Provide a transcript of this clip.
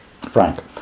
Frank